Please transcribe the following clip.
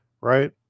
right